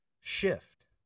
shift